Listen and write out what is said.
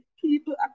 people